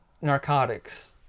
narcotics